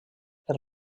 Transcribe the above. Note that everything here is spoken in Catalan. els